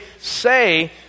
say